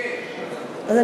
ברוסית יש.